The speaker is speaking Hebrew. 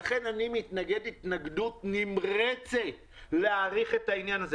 לכן אני מתנגד התנגדות נמרצת להאריך את העניין הזה.